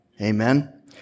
Amen